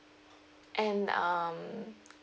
and um